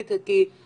כי זה נורא מטריד,